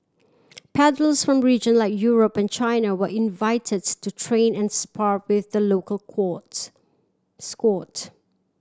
paddlers from region like Europe and China were invited to train and spar with the local quad squad